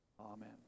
Amen